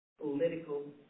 political